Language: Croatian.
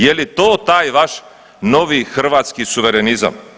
Je li to taj vaš novi hrvatski suverenizam?